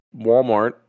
Walmart